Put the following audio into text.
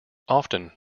often